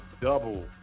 double